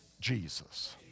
Jesus